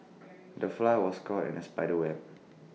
the fly was caught in the spider's web